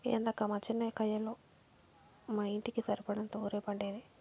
ఏందక్కా మా చిన్న కయ్యలో మా ఇంటికి సరిపడేంత ఒరే పండేది